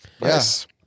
Yes